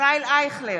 ישראל אייכלר,